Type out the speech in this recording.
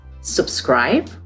subscribe